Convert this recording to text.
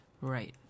Right